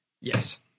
yes